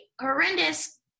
horrendous